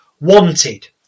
wanted